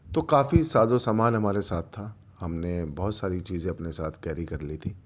تو کافی ساز و سمان ہمارے ساتھ تھا ہم نے بہت ساری چیزیں اپنے ساتھ کیری کر لی تھی